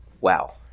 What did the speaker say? Wow